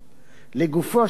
לגופו של עניין,